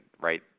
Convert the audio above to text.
right